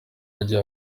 yagiye